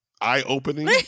eye-opening